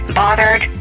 bothered